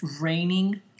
raining